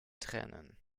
tränen